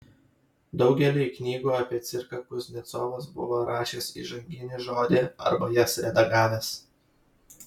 daugeliui knygų apie cirką kuznecovas buvo rašęs įžanginį žodį arba jas redagavęs